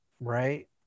right